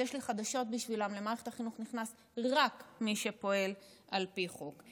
אז יש לי חדשות בשבילם: למערכת החינוך נכנס רק מי שפועל על פי חוק.